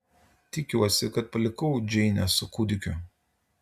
tikiuosi kad palikau džeinę su kūdikiu